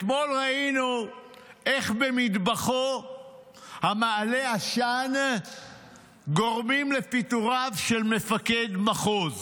אתמול ראינו איך במטבחו המעלה עשן גורמים לפיטוריו של מפקד מחוז.